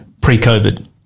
pre-COVID